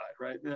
right